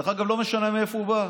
דרך אגב, לא משנה מאיפה הוא בא,